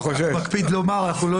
אני חושב שזה אחד